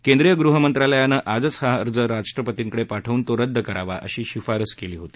केंद्रीय ग़हमंत्रालयानं आजच हा अर्ज राष्ट्रपतींकडे पाठवून तो रद्द करावा अशी शिफारसही केली होती